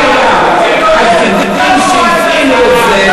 היחידים שהפעילו את זה,